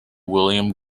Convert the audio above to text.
william